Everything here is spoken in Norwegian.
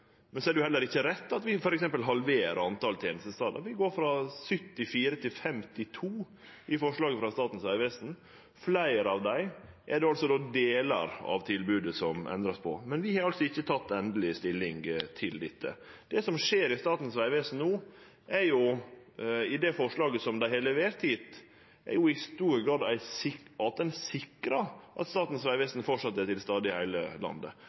Men det er ikkje rett at vi f.eks. halverer talet på tenestestader. Vi går frå 74 til 52 i forslaget frå Statens vegvesen ved fleire av dei er det delar av tilbodet som vert endra på. Men vi har altså ikkje teke endeleg stilling til dette. Det som skjer i Statens vegvesen no, i det forslaget som dei har levert, er i stor grad at ein sikrar at Statens vegvesen framleis er til stades i heile landet,